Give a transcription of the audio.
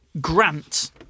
Grant